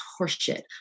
horseshit